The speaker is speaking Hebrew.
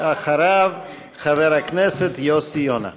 אחריו, חבר הכנסת יוסי יונה.